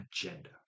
agenda